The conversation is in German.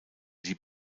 die